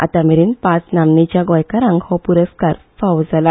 आता मेरेन पांच नामनेच्या गोंयकारांक हो पुरस्कार फावो जाला